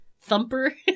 Thumper